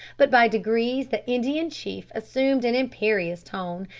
but by degrees the indian chief assumed an imperious tone,